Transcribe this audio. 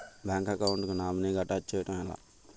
Bank account కి nominee గా attach చేయడం ఎలా?